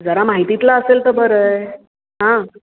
जरा माहितीतलं असेल तर बरं आहे हां